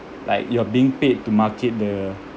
like you're being paid to market the